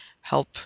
help